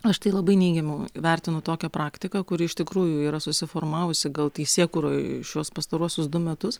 aš tai labai neigiamai vertinu tokią praktiką kuri iš tikrųjų yra susiformavusi gal teisėkūroj šiuos pastaruosius du metus